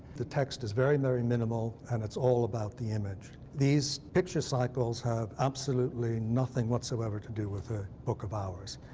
the text is very, very minimal, and it's all about the image. these picture cycles have absolutely nothing whatsoever to do with a book of hours.